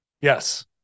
Yes